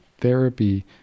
therapy